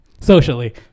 Socially